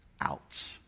out